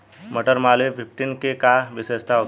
मटर मालवीय फिफ्टीन के का विशेषता होखेला?